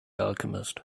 alchemist